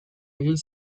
egin